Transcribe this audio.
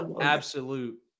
absolute